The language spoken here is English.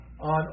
on